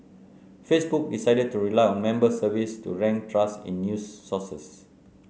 Facebook decided to rely on member surveys to rank trust in news sources